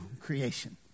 creation